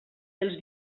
els